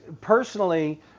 personally